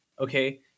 Okay